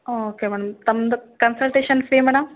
okay madam ತಮ್ದು consultation fee madam